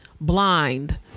blind